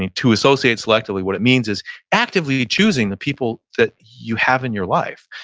to associate selectively, what it means is actively choosing the people that you have in your life.